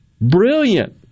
brilliant